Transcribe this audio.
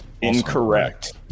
Incorrect